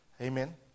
Amen